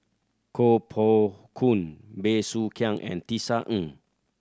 Koh Poh Koon Bey Soo Khiang and Tisa Ng